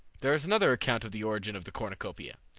there is another account of the origin of the cornucopia.